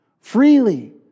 freely